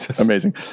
Amazing